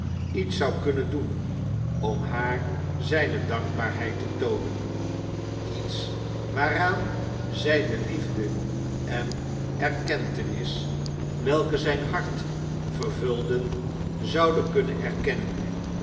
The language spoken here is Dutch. iets zou kunnen doen om haar zijne dankbaarheid te toonen iets waaraan zij de liefde en erkentenis welke zijn hart vervulden zouden kunnen erkennen